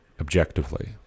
Objectively